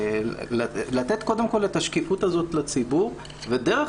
לתת קודם כל את השקיפות הזאת לציבור ודרך